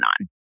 on